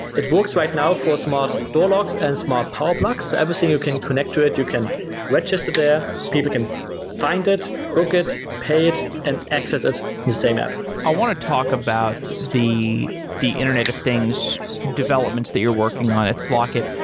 it works right now for smart door locks locks and smart power blocks. everything you can connect to it, you can register there. people can find it, book it, pay it and access it in the same app i want to talk about the the internet of things developments that you're working on at slock it.